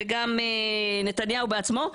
וגם נתניהו בעצמו,